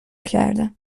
کردم